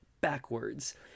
backwards